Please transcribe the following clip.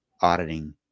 auditing